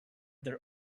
their